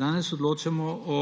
Danes odločamo o